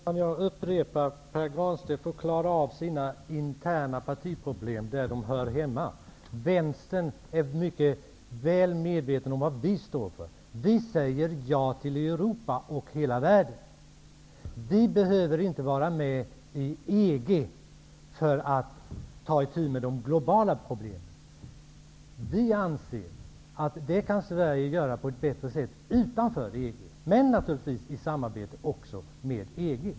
Herr talman! Jag upprepar: Pär Granstedt får klara av sina interna partiproblem där de hör hemma. Vi i vänstern är mycket väl medvetna om vad vi står för. Vi säger ja till Europa och hela världen. Vi behöver inte vara med i EG för att ta itu med de globala problemen. Vi anser att det kan Sverige göra på ett bättre sätt utanför EG, men naturligtvis i samarbete med EG.